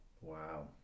Wow